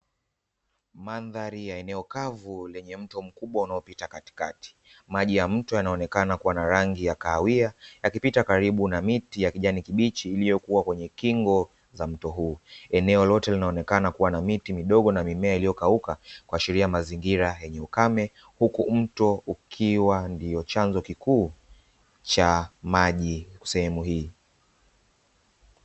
Mandhari ya eneo kavu lenye mto mkubwa unaopita katikati. Maji ya mto yanaonekana kuwa na rangi ya kahawia, yakipita karibu na miti ya kijani kibichi iliyokuwa kwenye kingo za mti huu. Eneo lote linaonekana kuwa na miti midogo na mimea iliyokauka, kuashiria mazingira ya ukame huku mto ukiwa ndio chanzo kikuu cha maji sehemu hii.